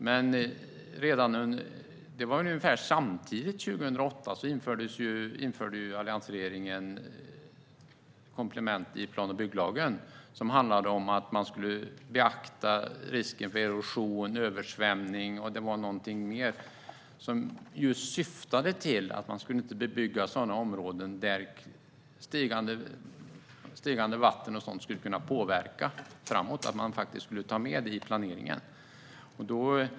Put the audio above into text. Men det var väl ungefär samtidigt, 2008, som alliansregeringen införde komplement i plan och bygglagen om att beakta risken för erosion, översvämning och någonting mer. Det syftade just till att man inte skulle bebygga områden där stigande vatten skulle kunna påverka. Man skulle ta med det i planeringen.